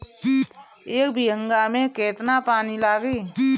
एक बिगहा में केतना पानी लागी?